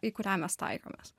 į kurią mes taikomės